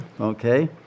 Okay